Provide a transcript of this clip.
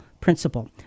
principle